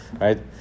right